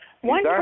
One